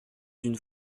d’une